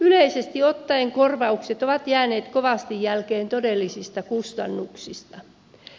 yleisesti ottaen korvaukset ovat jääneet kovasti jälkeen todellisista kustannuksista